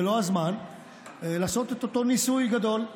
זה לא הזמן לעשות את אותו ניסוי גדול.